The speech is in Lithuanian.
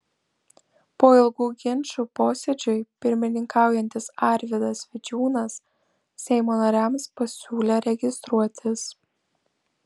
po ilgų ginčų posėdžiui pirmininkaujantis arvydas vidžiūnas seimo nariams pasiūlė registruotis